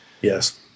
Yes